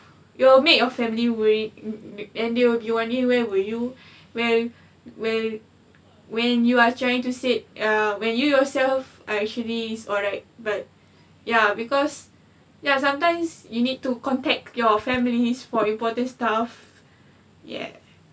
you will make your family worried you and they will be wondering where were you where where when you are trying to say err when you yourself actually is alright but ya because ya sometimes you need to contact your families for important stuff ya